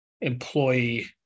employee